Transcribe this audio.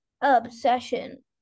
Obsession